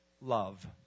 love